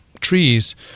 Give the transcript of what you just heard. trees